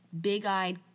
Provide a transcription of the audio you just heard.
big-eyed